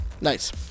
Nice